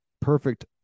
perfect